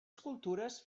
escultures